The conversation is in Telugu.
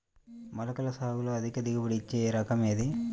మొలకల సాగులో అధిక దిగుబడి ఇచ్చే రకం ఏది?